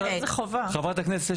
חברת הכנסת,